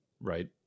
right